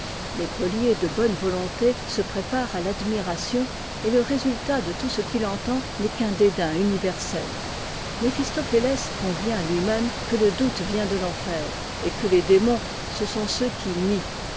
l'écolier de bonne volonté se prépare à t'admiration et le résultat de tout ce qu'il entend n'est qu'un dédain universel méphistophéiès convient tui même que le doute vient de l'enfer et que les démons ce sont ceux qui nient